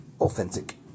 Authentic